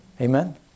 Amen